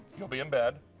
you'll be in bed.